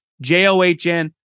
J-O-H-N